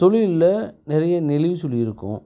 தொழிலில் நிறைய நெளிவு சுளிவு இருக்கும்